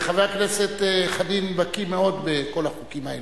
חבר הכנסת חנין בקי מאוד בכל החוקים האלה.